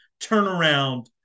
turnaround